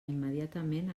immediatament